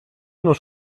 nóź